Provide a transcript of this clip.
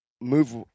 move